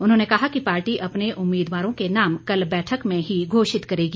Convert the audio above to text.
उन्होंने कहा कि पार्टी अपने उम्मीदवारों के नाम कल बैठक में ही घोषित करेगी